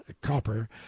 copper